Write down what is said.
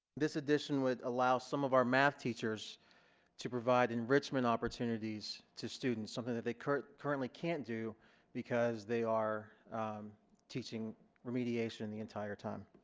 this edition would allow some of our math teachers to provide enrichment opportunities to students. something they currently currently can't do because they are teaching remediation the entire time.